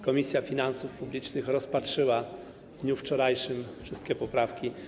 Komisja Finansów Publicznych rozpatrzyła w dniu wczorajszym wszystkie poprawki.